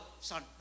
Son